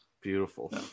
beautiful